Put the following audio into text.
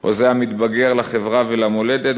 או זה המתבגר לחברה ולמולדת,